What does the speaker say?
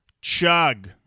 chug